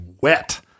wet